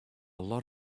lot